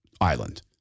island